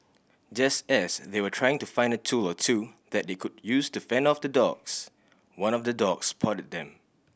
just as they were trying to find a tool or two that they could use to fend off the dogs one of the dogs spotted them